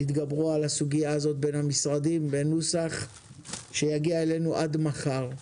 תתגברו על הסוגיה הזאת בין המשרדים בנוסח שיגיע אלינו עד מחר..